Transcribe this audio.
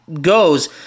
goes